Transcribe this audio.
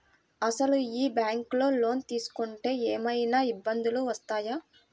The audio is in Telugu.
అసలు ఈ బ్యాంక్లో లోన్ తీసుకుంటే ఏమయినా ఇబ్బందులు వస్తాయా?